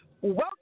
Welcome